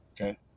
Okay